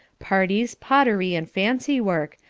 parties, pottery, and fancy work,